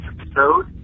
episode